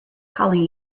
calling